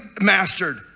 mastered